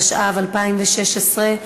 התשע"ו 2016,